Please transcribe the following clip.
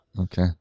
okay